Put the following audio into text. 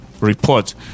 report